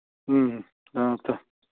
ꯎꯝ ꯑ